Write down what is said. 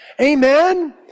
amen